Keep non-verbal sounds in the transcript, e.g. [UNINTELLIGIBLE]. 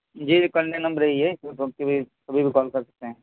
جی [UNINTELLIGIBLE] صبح کو کال کر سکتے ہیں